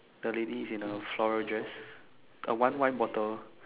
the lady in a floral dress uh one wine bottle